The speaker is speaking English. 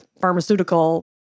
pharmaceutical